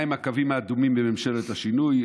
מהם הקווים האדומים בממשלת השינוי?